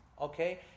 okay